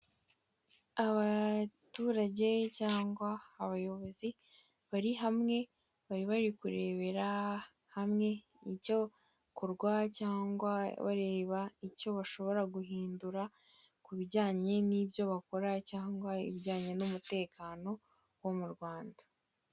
Abaturage cyangwa abayobozi bari hamwe, bari bari kurebera hamwe icyakorwa cyangwa bareba icyo bashobora guhindura ku bijyanye n'ibyo bakora, cyangwa ibijyanye n'umutekano wo mu Rwanda.